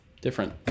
different